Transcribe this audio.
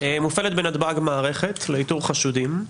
מופעלת בנתב"ג מערכת לאיתור חשודים,